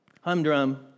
humdrum